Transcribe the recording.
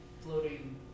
floating